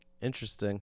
interesting